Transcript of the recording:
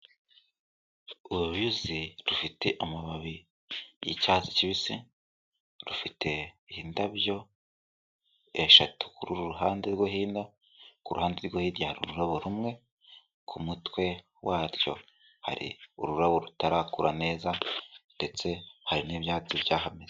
Uruyuzi rufite amababi y’icyatsi kibisi, rufite indabyo eshatu ku ruhande rwo hino, ku ruhande rwo hirya hari ururabo rumwe, ku mutwe warwo hari ururabo rutarakura neza ndetse hari n'ibyatsi byahameze.